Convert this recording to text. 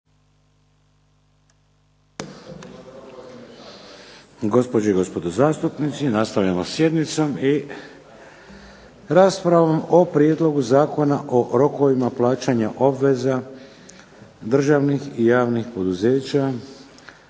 Gospođe i gospodo zastupnici, nastavljamo sa sjednicom i raspravom o 1. Prijedlog Zakona o rokovima plaćanja obveza državnih i javnih poduzeća,